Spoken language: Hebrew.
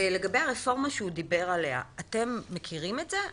לגבי הרפורמה שהוא דיבר עליה אתם מכירים את זה?